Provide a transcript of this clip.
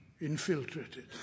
Infiltrated